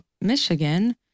Michigan